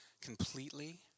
completely